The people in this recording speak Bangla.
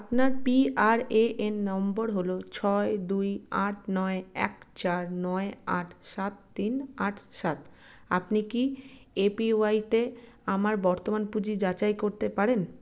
আপনার পি আর এ এন নম্বর হল ছয় দুই আট নয় এক চার নয় আট সাত তিন আট সাত আপনি কি এ পি ওয়াই তে আমার বর্তমান পুঁজি যাচাই করতে পারেন